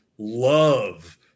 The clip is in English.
love